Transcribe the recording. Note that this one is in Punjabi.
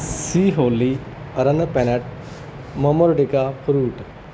ਸੀ ਹੋਲੀ ਰਨ ਪੈਨਟ ਮੋਮੋਡੀਕਾ ਫਰੂਟ